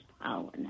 power